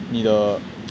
你的